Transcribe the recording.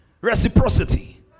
reciprocity